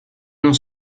non